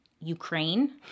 Ukraine